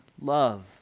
love